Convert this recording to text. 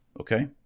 Okay